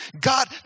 God